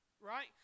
right